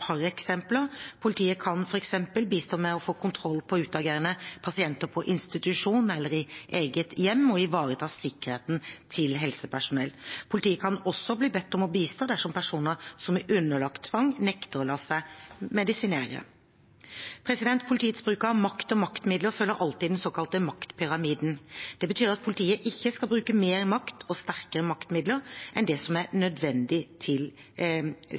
par eksempler: Politiet kan f.eks. bistå med å få kontroll på utagerende pasienter på institusjon eller i eget hjem og ivareta sikkerheten til helsepersonell. Politiet kan også bli bedt om å bistå dersom personer som er underlagt tvang, nekter å la seg medisinere. Politiets bruk av makt og maktmidler følger alltid den såkalte maktpyramiden. Det betyr at politiet ikke skal bruke mer makt og sterkere maktmidler enn det som er nødvendig til